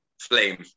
flame